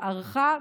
שארכה,